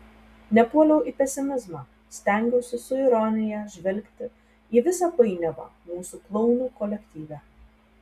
nepuoliau į pesimizmą stengiausi su ironija žvelgti į visą painiavą mūsų klounų kolektyve